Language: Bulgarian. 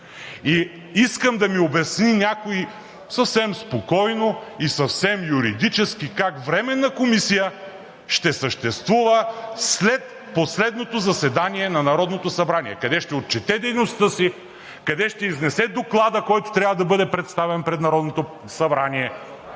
Искам да ми обясни някой съвсем спокойно и съвсем юридически как временна комисия ще съществува след последното заседание на Народното събрание! Къде ще отчете дейността си; къде ще изнесе доклада, който трябва да бъде представен пред Народното събрание,